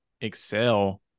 excel